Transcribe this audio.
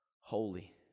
holy